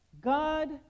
God